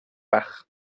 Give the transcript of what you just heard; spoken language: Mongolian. байх